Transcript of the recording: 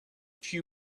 few